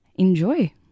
enjoy